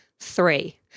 three